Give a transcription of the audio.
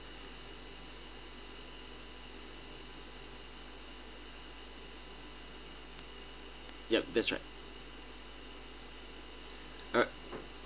yup that's right uh